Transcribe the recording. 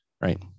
right